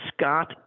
Scott